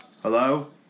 Hello